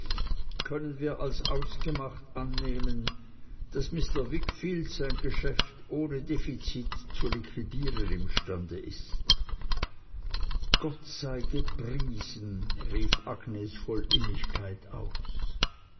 können wir als ausgemacht annehmen daß mr wickfield sein geschäft ohne defizit zu liquidieren imstande ist gott sei gepriesen rief agnes voll innigkeit aus